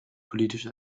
politisch